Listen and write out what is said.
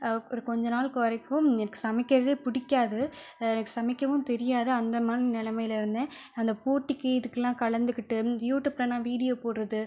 ஒரு கொஞ்ச நாளைக்கு வரைக்கும் எனக்கு சமைக்கிறதே பிடிக்காது எனக்கு சமைக்கவும் தெரியாது அந்த மாதிரி நிலமையில் இருந்தேன் அந்த போட்டிக்கு இதுக்குல்லாம் கலந்துக்கிட்டு யூடியூப்லலாம் வீடியோ போடுறது